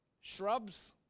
shrubs